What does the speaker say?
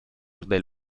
del